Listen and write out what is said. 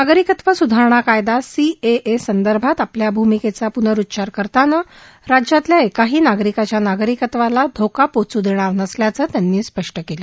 नागरिकत्व सुधारणा कायदा सीएए संदर्भात आपल्या भूमिकेचा प्नरुच्चार करताना राज्यातल्या एकाही नागरिकाच्या नागरिकत्वाला धोका पोहोच् देणार नसल्याचं त्यांनी स्पष्ट केलं